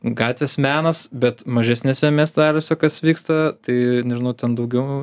gatvės menas bet mažesniuose miesteliuose kas vyksta tai nežinau ten daugiau